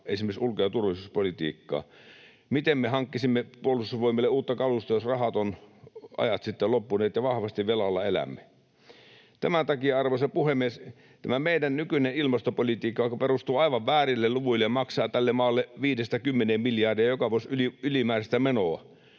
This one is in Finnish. esimerkiksi ulko- ja turvallisuuspolitiikkaa. Miten me hankkisimme Puolustusvoimille uutta kalustoa, jos rahat ovat ajat sitten jo loppuneet ja vahvasti velalla elämme? Tämän takia, arvoisa puhemies, milloin me lopetamme tämän rahan haaskaamisen meidän nykyiseen ilmastopolitiikkaan, joka perustuu aivan väärille luvuille ja maksaa tälle maalle viidestä kymmeneen miljardia joka vuosi ylimääräistä menoa?